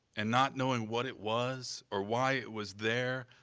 and not knowing what it was or why it was there,